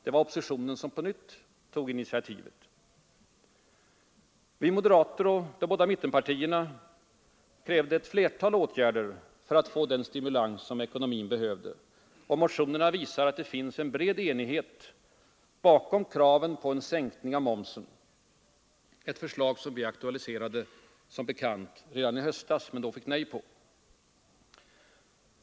Det var oppositionen som på nytt tog initiativet. Vi moderater och de båda mittenpartierna krävde ett flertal åtgärder för att få den stimulans som ekonomin behövde. Motionerna visar att det finns en bred enighet bakom kraven på en sänkning av momsen — ett förslag som vi som bekant aktualiserade redan i höstas men då fick nej på.